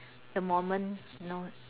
the moment you know